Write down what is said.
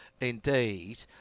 indeed